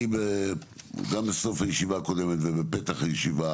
גם בסוף הישיבה הראשונה ובפתח הישיבה